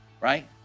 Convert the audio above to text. right